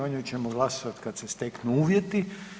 O njoj ćemo glasovati kada se steknu uvjeti.